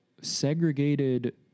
segregated